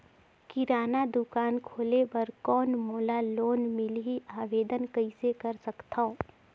किराना दुकान खोले बर कौन मोला लोन मिलही? आवेदन कइसे कर सकथव?